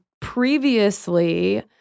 previously